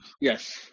Yes